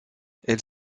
elle